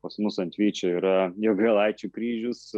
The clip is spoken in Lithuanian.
pas mus ant vyčio yra jogailaičių kryžius